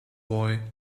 boy